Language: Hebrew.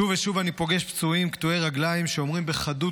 שוב ושוב אני פוגש פצועים קטועי רגליים שאומרים בחדות